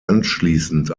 anschließend